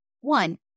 one